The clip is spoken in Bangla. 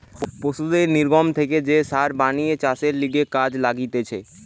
পশুদের নির্গমন থেকে যে সার বানিয়ে চাষের লিগে কাজে লাগতিছে